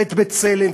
ו"בצלם",